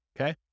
Okay